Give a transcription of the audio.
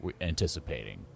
anticipating